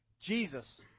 Jesus